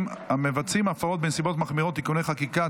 המבצעים הפרות בנסיבות מחמירות (תיקוני חקיקה),